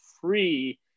free